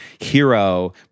hero